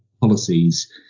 policies